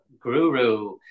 guru